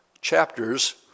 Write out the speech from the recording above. chapters